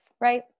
Right